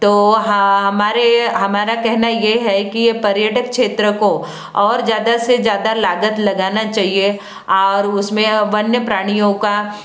तो हम हमारे हमारा कहना ये है कि पर्यटक क्षेत्र को और ज़्यादा से ज़्यादा लागत लगाना चाहिए और उसमें वन्य प्राणियों का